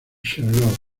charlotte